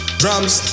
drums